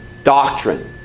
doctrine